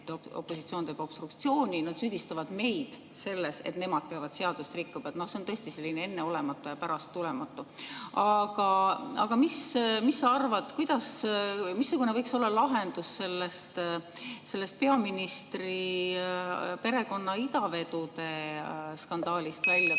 et opositsioon teeb obstruktsiooni. Nad süüdistavad meid selles, et nemad peavad seadust rikkuma. See on tõesti selline enne olematu ja pärast tulematu. Aga mis sa arvad, missugune võiks olla lahendus sellest peaministri perekonna idavedude skandaalist väljatulemiseks?